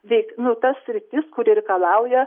veik nu ta sritis kuri reikalauja